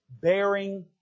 bearing